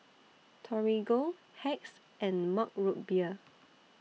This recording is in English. Torigo Hacks and Mug Root Beer